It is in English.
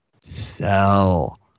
Sell